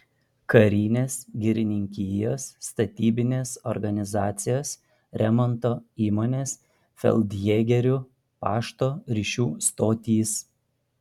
karinės girininkijos statybinės organizacijos remonto įmonės feldjėgerių pašto ryšių stotys